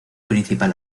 principal